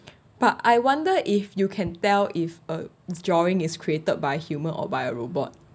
but I wonder if you can tell if a drawing is created by human or by a robot